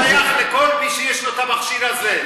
זה שייך לכל מי שיש לו את המכשיר הזה.